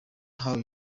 how